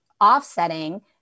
offsetting